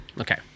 Okay